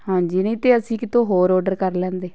ਹਾਂਜੀ ਨਹੀਂ ਤਾਂ ਅਸੀਂ ਕਿਤੋਂ ਹੋਰ ਔਡਰ ਕਰ ਲੈਂਦੇ